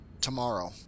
Tomorrow